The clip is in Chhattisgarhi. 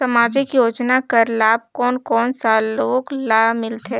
समाजिक योजना कर लाभ कोन कोन सा लोग ला मिलथे?